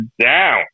down